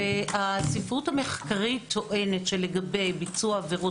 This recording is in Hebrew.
הספרות המחקרית טוענת שלגבי ביצוע עבירות